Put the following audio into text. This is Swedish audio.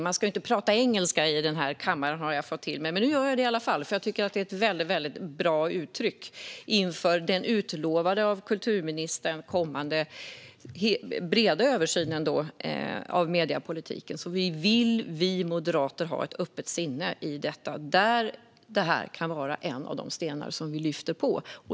Man ska inte prata engelska i den här kammaren, har jag fått till mig, men nu gör jag det i alla fall eftersom jag tycker att det är ett väldigt bra uttryck inför den av kulturministern utlovade breda översynen av mediepolitiken. Vi moderater vill ha ett öppet sinne här, där detta kan vara en av de stenar som vi vänder på.